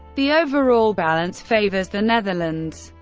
the overall balance favours the netherlands,